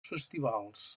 festivals